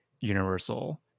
universal